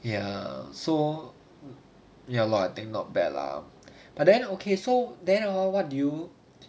ya so ya lah I think not bad lah but then okay so then oh what do you